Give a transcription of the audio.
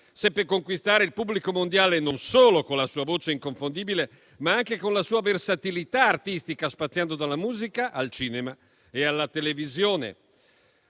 Seppe conquistare il pubblico mondiale non solo con la sua voce inconfondibile, ma anche con la sua versatilità artistica, spaziando dalla musica al cinema e alla televisione.